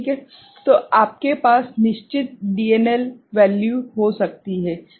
तो आपके पास निश्चित DNL वैल्यू हो सकती है